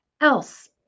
else